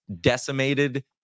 decimated